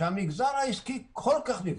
שהמגזר העסקי כל כך נפגע,